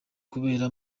kubera